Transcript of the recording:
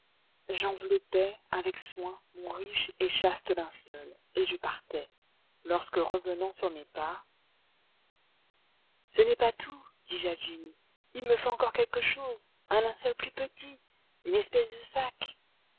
j'enveloppai avec soin mon riche et chaste linceul et je partais lorsque revenant sur mes pas ce n'est pas tout dis-je à jenny il me faut encore quelque chose un linceul plus petit une espèce de sac